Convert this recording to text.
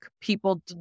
people